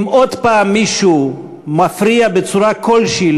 אם עוד פעם מישהו מפריע בצורה כלשהי,